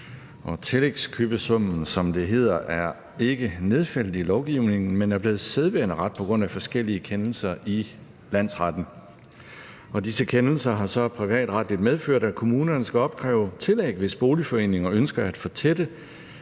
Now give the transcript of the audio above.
Tillægskøbesummen, som det hedder, er ikke nedfældet i lovgivningen, men er blevet sædvaneret på grund af forskellige kendelser i landsretten. Disse kendelser har så privatretligt medført, at kommunerne skal opkræve et tillæg, hvis boligforeninger ønsker at fortætte,